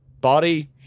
Body